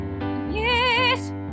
Yes